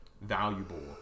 valuable